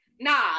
nah